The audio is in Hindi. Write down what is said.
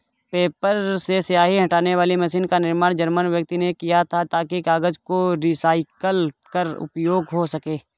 पेपर से स्याही हटाने वाली मशीन का निर्माण जर्मन व्यक्ति ने किया था ताकि कागज को रिसाईकल कर उपयोग हो सकें